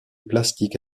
plastique